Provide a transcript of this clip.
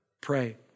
pray